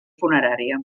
funerària